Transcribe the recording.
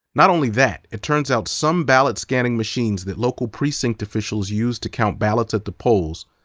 not only that, it turns out some ballot scanning machines that local precinct officials use to count ballots at the polls,